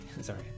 Sorry